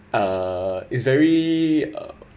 uh it's very uh